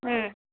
ம்